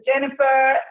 Jennifer